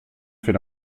faits